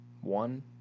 one